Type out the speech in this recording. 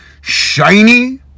shiny